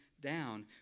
down